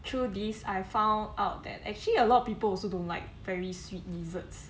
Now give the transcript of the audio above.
through these I found out that actually a lot of people also don't like very sweet desserts